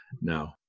No